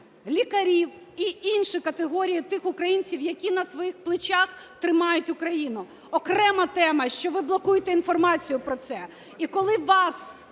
лікарів і інші категорії тих українців, які на своїх плечах тримають Україну. Окрема тема, що ви блокуєте інформацію про це. І коли вас…